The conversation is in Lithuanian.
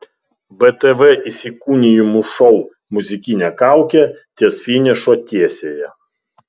btv įsikūnijimų šou muzikinė kaukė ties finišo tiesiąja